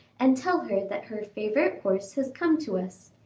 and tell her that her favorite horse has come to us.